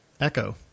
Echo